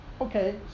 okay